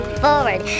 forward